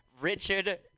Richard